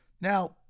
Now